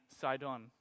Sidon